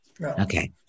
Okay